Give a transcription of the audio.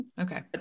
okay